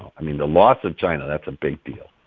i mean, the loss of china, that's a big deal.